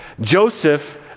Joseph